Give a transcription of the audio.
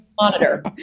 Monitor